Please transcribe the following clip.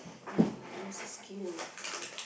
uh my nose is killing me [oh]-my-god